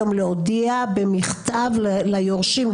האם זאת הייתה קביעת המחוקק או פרשנות שלכם?